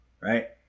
right